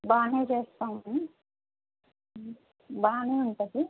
బాగానే చేస్తాము బాగానే ఉంటుంది